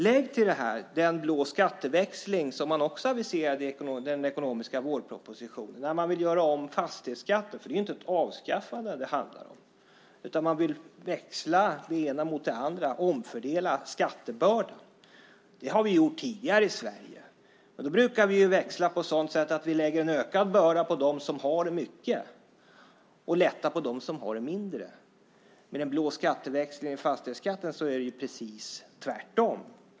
Lägg till detta den blå skatteväxling som man också aviserade i den ekonomiska vårpropositionen där man vill göra om fastighetsskatten. Det handlar inte om ett avskaffande, utan man vill växla det ena mot det andra och omfördela skattebördan. Det har vi gjort tidigare i Sverige. Men då brukar vi växla på så sätt att vi lägger en ökad börda på dem som har mycket och lättar för dem som har mindre. I den blå skatteväxlingen med fastighetsskatten är det precis tvärtom.